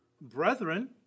brethren